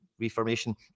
reformation